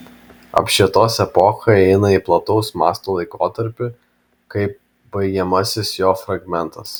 apšvietos epocha įeina į plataus masto laikotarpį kaip baigiamasis jo fragmentas